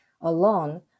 alone